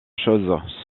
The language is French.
chose